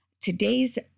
Today's